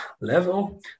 level